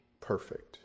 perfect